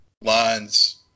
lines